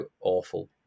awful